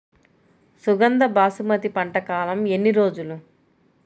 సుగంధ బాసుమతి పంట కాలం ఎన్ని రోజులు?